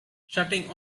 shutting